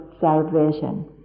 salvation